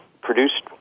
produced